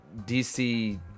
DC